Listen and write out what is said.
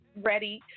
ready